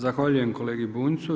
Zahvaljujem kolegi Bunjcu.